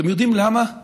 אתם יודעים למה?